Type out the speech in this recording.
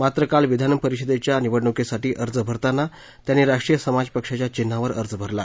मात्र काल विधानपरिषदेच्या निवडणुकीसाठी अर्ज भरतांना त्यांनी राष्ट्रीय समाज पक्षाच्या चिन्हावर अर्ज भरला